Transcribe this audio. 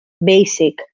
basic